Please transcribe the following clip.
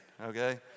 okay